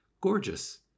gorgeous